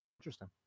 Interesting